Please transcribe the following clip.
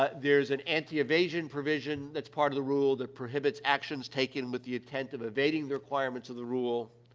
ah there's an anti-evasion provision that's part of the rule that prohibits actions taken with the intent of evading the requirements of the rule,